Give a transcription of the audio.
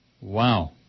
Wow